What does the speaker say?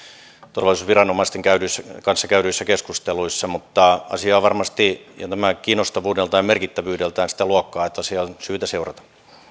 turvallisuusviranomaisten kanssa käydyissä keskusteluissa mutta asia on varmasti kiinnostavuudeltaan ja merkittävyydeltään sitä luokkaa että asiaa on syytä seurata